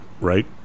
right